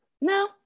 no